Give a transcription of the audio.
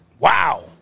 Wow